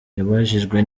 yabajijwe